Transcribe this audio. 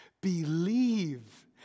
Believe